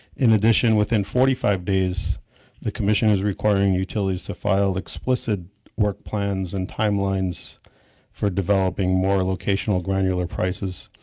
in addition within forty five days the commission is requiring the utilities to file explicit work plans and timelines for developing more location ah granular prices.